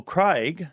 Craig